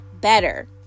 better